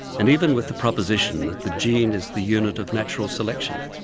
and even with the proposition that the gene is the unit of natural selection.